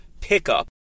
pickup